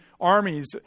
armies